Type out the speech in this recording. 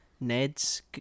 Ned's